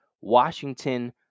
Washington